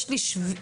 יש שביל